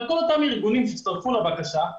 אבל פה אותם ארגונים שהצטרפו לבקשה,